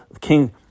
king